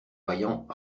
vaillant